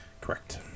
Correct